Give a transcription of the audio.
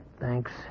thanks